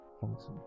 function